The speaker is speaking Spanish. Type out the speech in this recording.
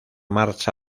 marcha